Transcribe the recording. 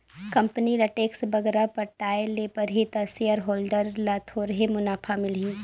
company ल tax बगरा पटाए ले परही ता सेयर होल्डर ल थोरहें मुनाफा मिलही